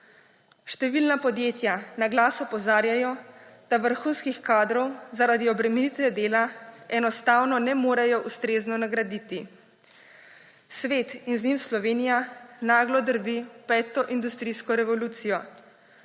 Številna podjetja naglas opozarjajo, da vrhunskih kadrov zaradi obremenitve dela enostavno ne morejo ustrezno nagraditi. Svet in z njim Slovenija naglo drvi v peto industrijsko revolucijo.